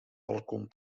balkon